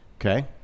Okay